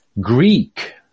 Greek